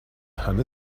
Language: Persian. همه